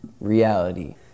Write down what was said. reality